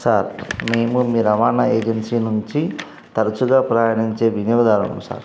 sir మేము మీ రవాణా ఏజెన్సీ నుంచి తరచుగా ప్రయాణించే వినియోగదారులం సార్